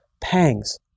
pangs